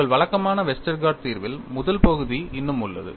உங்கள் வழக்கமான வெஸ்டர்கார்ட் தீர்வில் முதல் பகுதி இன்னும் உள்ளது